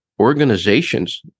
organizations